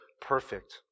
perfect